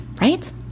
right